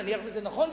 נניח שזה נכון,